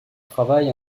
travail